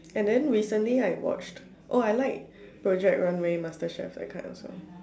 and then recently I watched oh I like project runway masterchef those kind also